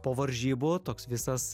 po varžybų toks visas